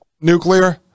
nuclear